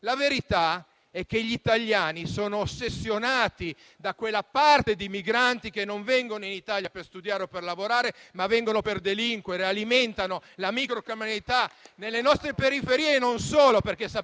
La verità è che gli italiani sono ossessionati da quella parte di migranti che non vengono in Italia per studiare o per lavorare, ma vengono per delinquere e alimentano la microcriminalità nelle nostre periferie e non solo.